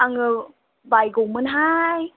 आङो बायगौमोनहाय